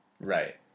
right